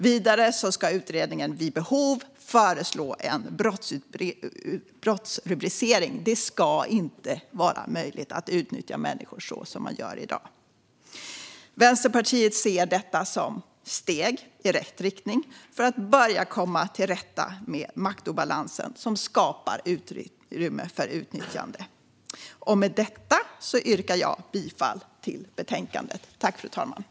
Vidare ska utredningen vid behov föreslå en brottsrubricering. Det ska inte vara möjligt att utnyttja människor så som man gör i dag. Vänsterpartiet ser detta som steg i rätt riktning för att börja komma till rätta med den maktobalans som skapar utrymme för utnyttjande. Med detta yrkar jag bifall till förslaget i betänkandet.